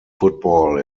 football